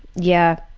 yeah.